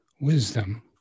wisdom